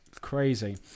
crazy